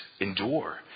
endure